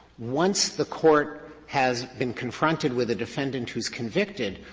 once the court has been confronted with a defendant who's convicted,